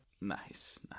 nice